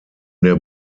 der